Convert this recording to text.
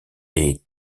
est